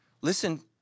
Listen